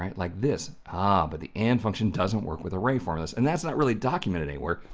um like this. ah but the and function doesn't work with array formulas, and that's not really documented anywhere,